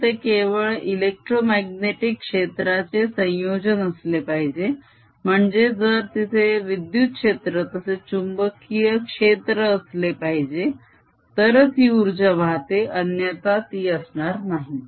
म्हणून ते केवळ इलेक्ट्रोमाग्नेटीक क्षेत्राचे संयोजन असले पाहिजे म्हणजे जर तिथे विद्युत क्षेत्र तसेच चुंबकीय क्षेत्र असले पाहिजे तरच ही उर्जा वाहते अन्यथा ती असणार नाही